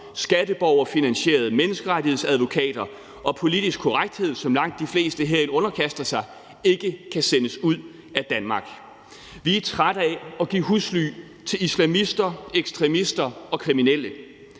skatteborgerfinansierede menneskerettighedsadvokater og politisk korrekthed, som langt de fleste herinde underkaster sig, og ikke kan sendes ud af Danmark. Vi er trætte af at give husly til islamister, ekstremister og kriminelle.